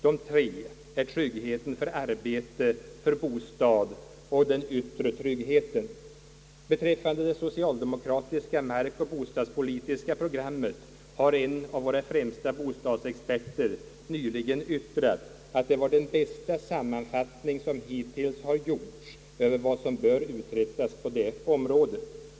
De tre problemen rör tryggheten för arbete, tryggheten för bostad och den yttre tryggheten. Beträffande det socialdemokratiska markoch bostadsprogrammet har en av våra främsta bostadsexperter nyligen yttrat, att det var den bästa sammanfattning som hittills har gjorts över vad som bör uträttas på detta område.